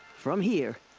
from here.